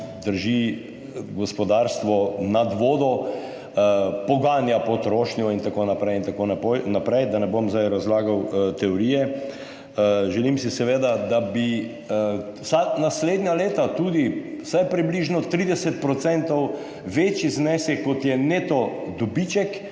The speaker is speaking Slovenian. drži gospodarstvo nad vodo, poganja potrošnjo in tako naprej in tako naprej, da ne bom zdaj razlagal teorije. Želim si seveda tudi vsa naslednja leta vsaj približno 30 % večji znesek, kot je neto dobiček